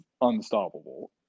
unstoppable